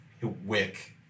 wick